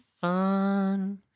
fun